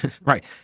Right